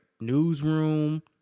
Newsroom